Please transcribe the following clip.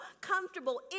comfortable